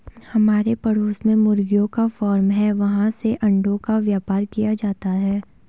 हमारे पड़ोस में मुर्गियों का फार्म है, वहाँ से अंडों का व्यापार किया जाता है